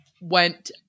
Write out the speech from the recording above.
went